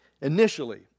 initially